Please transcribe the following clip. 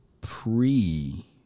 Pre